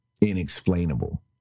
inexplainable